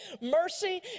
Mercy